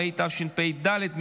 התשפ"ד 2024,